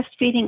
breastfeeding